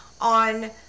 on